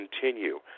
continue